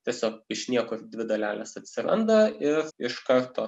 tiesiog iš niekur dvi dalelės atsiranda ir iš karto